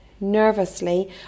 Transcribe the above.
Nervously